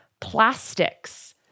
plastics